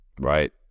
right